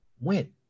win